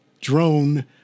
drone